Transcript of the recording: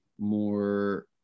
more